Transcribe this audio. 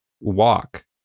walk